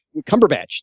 Cumberbatch